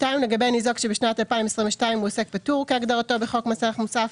לגבי ניזוק שבשנת 2022 הוא עוסק פטור כהגדרתו בחוק מס ערך מוסף,